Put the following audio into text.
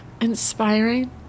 inspiring